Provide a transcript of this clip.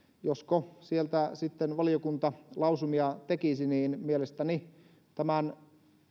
josko sieltä sitten valiokunta lausumia tekisi mielestäni tämän